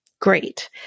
Great